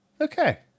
okay